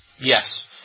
Yes